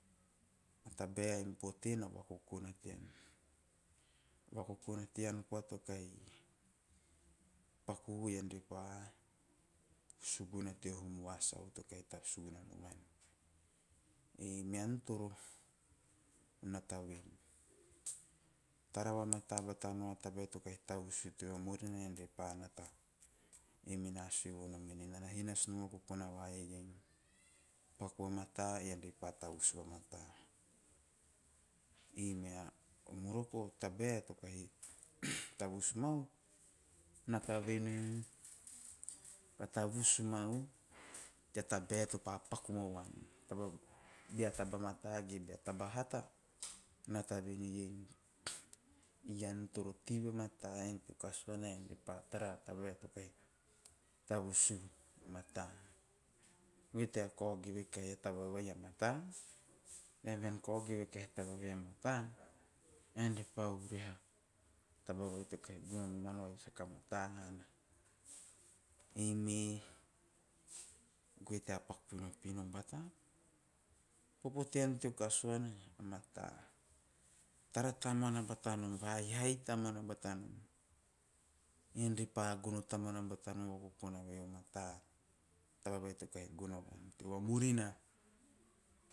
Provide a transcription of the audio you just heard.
A tabae a important o vakokona tean. Vakokona tean koa to kahi paku ean re pa tavus tea hum vasau to kahi tavus noman ean re pa nata ven. Tara vamata tabae to kahi tavus u teo vamurina ean re pa. Bean kahi kao geve ei ean repa vatatana mea taba vai a hata a mata. Mata tea baitono. Tea vakavara koa si taem teara. Ama si taba bona na tei nana kuri rara. Na tei nana kuriman.